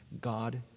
God